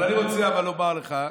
אבל אני רוצה לומר לך,